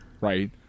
right